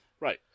Right